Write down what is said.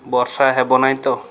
ବର୍ଷା ହେବ ନାହିଁ ତ